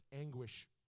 anguish